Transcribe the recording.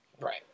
right